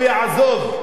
הוא יעזוב.